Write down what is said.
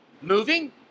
Moving